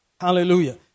Hallelujah